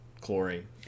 chlorine